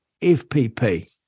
FPP